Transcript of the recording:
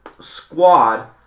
squad